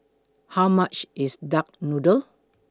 How much IS Duck Noodle